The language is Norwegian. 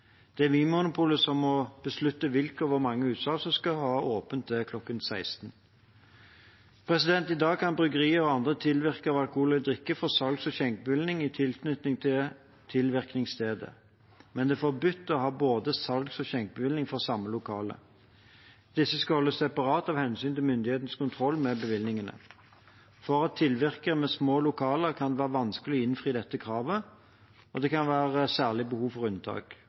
Det er Vinmonopolet som må beslutte hvilke og hvor mange utsalg som skal ha åpent til klokken 16. I dag kan bryggerier og andre tilvirkere av alkoholholdig drikke få salgs- og skjenkebevilling i tilknytning til tilvirkningsstedet, men det er forbudt å ha både salgs- og skjenkebevilling for samme lokale. Disse skal holdes separat av hensyn til myndighetenes kontroll med bevillingene. For tilvirkere med små lokaler kan det være vanskelig å innfri dette kravet, og det kan være særlige behov for unntak.